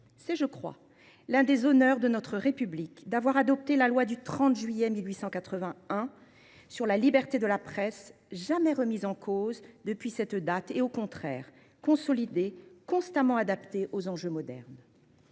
C’est l’un des honneurs de notre République d’avoir adopté la loi du 29 juillet 1881 sur la liberté de la presse, jamais remise en cause depuis cette date, mais au contraire consolidée et constamment adaptée aux enjeux modernes.